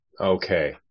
Okay